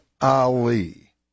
Ali